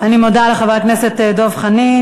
אני מודה לחבר הכנסת דב חנין.